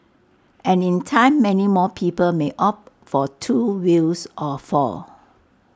and in time many more people may opt for two wheels or four